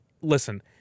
listen